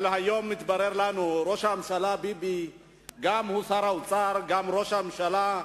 אבל היום מתברר לנו שראש הממשלה ביבי הוא גם שר האוצר וגם ראש הממשלה,